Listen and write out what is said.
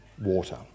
water